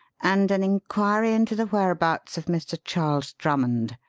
and an inquiry into the whereabouts of mr. charles drummond.